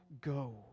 go